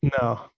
No